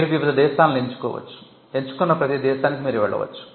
మీరు వివిధ దేశాలను ఎంచుకోవచ్చు ఎంచుకున్న ప్రతీ దేశానికి మీరు వెళ్ళవచ్చు